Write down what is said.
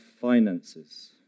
finances